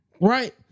Right